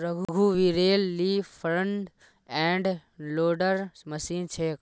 रघुवीरेल ली front end loader machine छेक